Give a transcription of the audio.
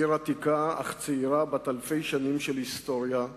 עיר עתיקה אך צעירה, בת אלפי שנים של היסטוריה,